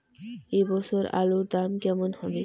এ বছর আলুর দাম কেমন হবে?